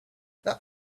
that